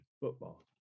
football